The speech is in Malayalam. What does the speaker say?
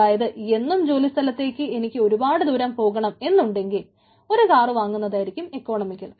അതായത് എന്നും ജോലിസ്ഥലത്തേക്ക് എനിക്ക് ഒരുപാട് ദൂരം പോകണം എന്നുണ്ടെങ്കിൽ ഒരു കാർ വാങ്ങുന്നതായിരിക്കും എക്കണോമിക്കൽ